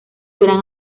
gran